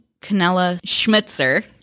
Canella-Schmitzer